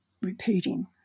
repeating